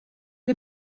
der